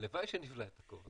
הלוואי שנבלע את הכובע.